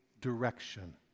direction